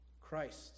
Christ